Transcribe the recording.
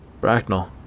Bracknell